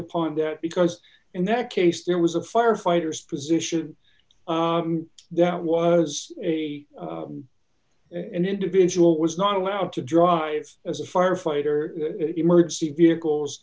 upon there because in that case there was a firefighters position that was a an individual was not allowed to drive as a firefighter emergency vehicles